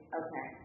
okay